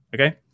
Okay